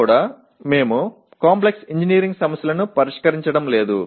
PO1 లో కూడా మేము కాంప్లెక్స్ ఇంజనీరింగ్ సమస్యలను పరిష్కరించడం లేదు